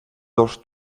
dos